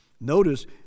Notice